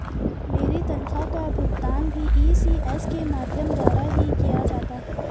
मेरी तनख्वाह का भुगतान भी इ.सी.एस के माध्यम द्वारा ही किया जाता है